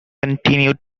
continued